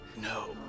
No